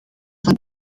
van